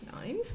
Nine